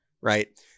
right